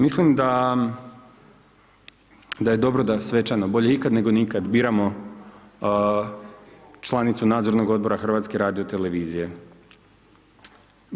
Mislim da je dobro da svečano, bolje ikad nego nikad biramo članicu nadzornog odbora HRT-a.